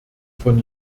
von